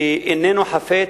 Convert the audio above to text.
שאיננו חפץ,